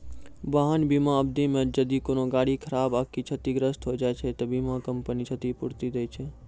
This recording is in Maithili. वाहन बीमा अवधि मे जदि कोनो गाड़ी खराब आकि क्षतिग्रस्त होय जाय छै त बीमा कंपनी क्षतिपूर्ति दै छै